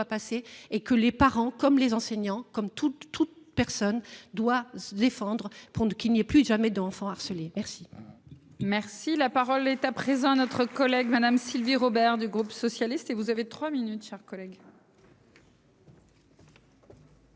passer et que les parents comme les enseignants comme toute, toute personne doit. Défendre prendre qu'il n'y ait plus jamais d'enfant harcelé merci. Merci la parole est à présent notre collègue Madame Sylvie Robert du groupe socialiste et vous avez 3 minutes, chers collègues.